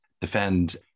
defend